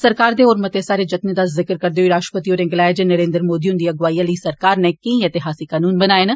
सरकार दे होर मते सारे जत्ने दा जिक्र करदे होई राश्ट्रपति होरें गलाया जे नरेन्द्र मोदी ह्न्दी अग्वाई आली सरकार नै केंई ऐतिहासिक कनून बनाए न